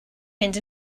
mynd